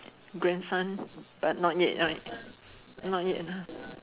grandson but not yet right not yet ah